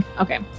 okay